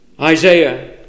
Isaiah